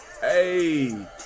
Hey